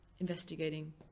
investigating